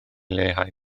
leihau